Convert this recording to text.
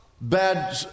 bad